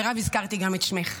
מירב, הזכרתי גם את שמך,